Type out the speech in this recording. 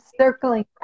circling